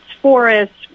forests